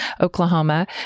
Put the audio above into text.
Oklahoma